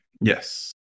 Yes